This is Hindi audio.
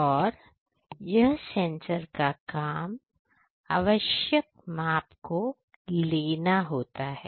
और यह सेंसर का काम आवश्यक माप को लेना होता है